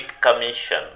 Commission